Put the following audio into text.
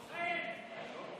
נוכל.